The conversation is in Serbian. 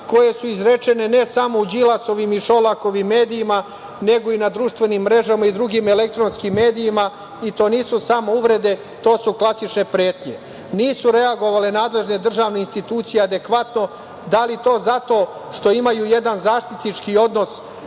koje su izrečene ne samo u Đilasovim i Šolakovim medijima, nego i na društvenim mrežama i drugim elektronskim medijima. To nisu samo uvrede, to su klasične pretnje. Nisu reagovale nadležne državne institucije adekvatno. Da li zato što imaju jedan zaštitnički odnos